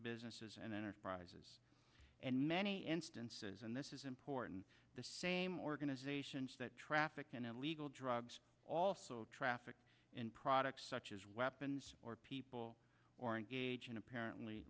businesses and enterprises and many instances and this is important the same organizations that traffic in illegal drugs also trafficked in products such as weapons or people or engage in apparently